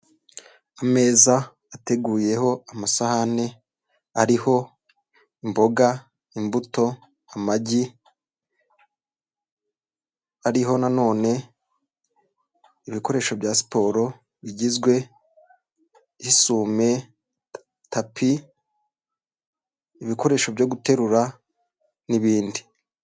Ameza ateguyeho amasahani ariho imboga, imbuto, amagi, ariho na none ibikoresho bya siporo bigizwe n'isume, tapi, ibikoresho byo guterura n'ibindi.